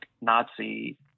Nazi